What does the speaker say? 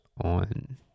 on